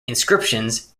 inscriptions